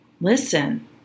listen